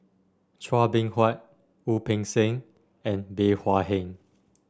Chua Beng Huat Wu Peng Seng and Bey Hua Heng